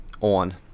on